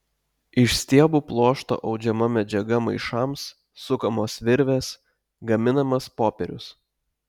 iš stiebų pluošto audžiama medžiaga maišams sukamos virvės gaminamas popierius